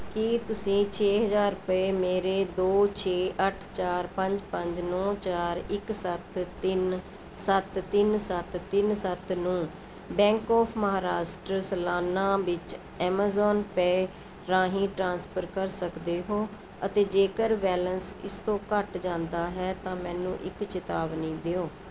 ਕੀ ਤੁਸੀਂਂ ਛੇ ਹਜ਼ਾਰ ਰੁਪਏ ਮੇਰੇ ਦੋ ਛੇ ਅੱਠ ਚਾਰ ਪੰਜ ਪੰਜ ਨੌ ਚਾਰ ਇੱਕ ਸੱਤ ਤਿੰਨ ਸੱਤ ਤਿੰਨ ਸੱਤ ਤਿੰਨ ਸੱਤ ਨੂੰ ਬੈਂਕ ਔਫ ਮਹਾਰਾਸ਼ਟਰ ਸਲਾਨਾ ਵਿੱਚ ਐਮਾਜ਼ੋਨ ਪੇਅ ਰਾਹੀਂ ਟ੍ਰਾਂਸਫਰ ਕਰ ਸਕਦੇ ਹੋ ਅਤੇ ਜੇਕਰ ਬੈਲੇਂਸ ਇਸ ਤੋਂ ਘੱਟ ਜਾਂਦਾ ਹੈ ਤਾਂ ਮੈਨੂੰ ਇੱਕ ਚੇਤਾਵਨੀ ਦਿਓ